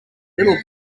little